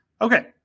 Okay